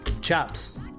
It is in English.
Chops